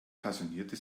passionierte